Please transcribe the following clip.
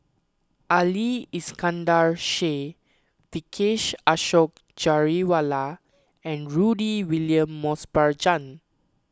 Ali Iskandar Shah Vijesh Ashok Ghariwala and Rudy William Mosbergen